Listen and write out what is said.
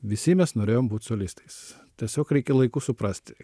visi mes norėjom būti solistais tiesiog reikia laiku suprasti